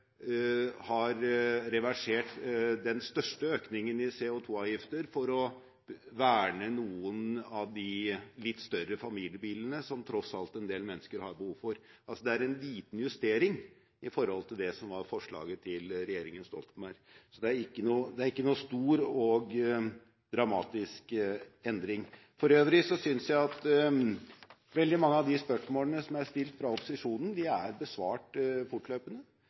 har reversert den største økningen i CO2-avgifter for å verne noen av de litt større familiebilene som endel mennesker tross alt har behov for. Det er altså en liten justering i forhold til det som var forslaget til regjeringen Stoltenberg. Det er ikke noen stor og dramatisk endring. For øvrig synes jeg at veldig mange av de spørsmålene som er stilt av opposisjonen, er besvart fortløpende.